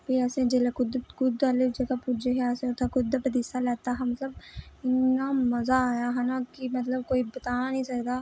फ्ही अस जिसलै कुद्द आह्ली जगह पुज्जे हेअसें उत्थै कुद्द आह्ला पतीसा लैता हा मतलब इन्ना मजा आया नामतलब कोई बताना निं चाहिदा